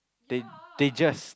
they they just